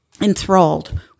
enthralled